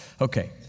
Okay